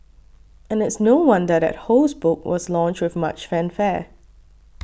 and it's no wonder that Ho's book was launched with much fanfare